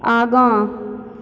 आगाँ